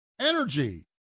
energy